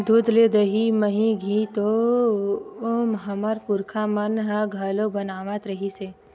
दूद ले दही, मही, घींव तो हमर पुरखा मन ह घलोक बनावत रिहिस हे